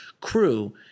crew